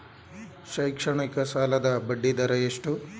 ಶೈಕ್ಷಣಿಕ ಸಾಲದ ಬಡ್ಡಿ ದರ ಎಷ್ಟು?